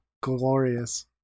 Glorious